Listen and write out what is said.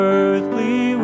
earthly